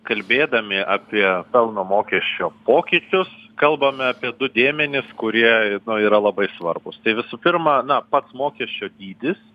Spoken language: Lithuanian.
kalbėdami apie pelno mokesčio pokyčius kalbame apie du dėmenis kurie yra labai svarbūs tai visų pirma na pats mokesčio dydis